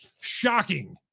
Shocking